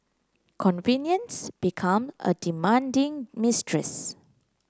convenience become a demanding mistress